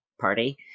party